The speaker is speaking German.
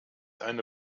eine